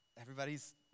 everybody's